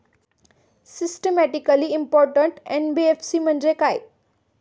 Systematically important NBFC म्हणजे काय?